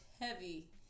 heavy